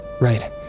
Right